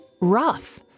rough